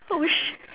oh shit